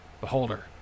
beholder